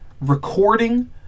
recording